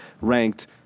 ranked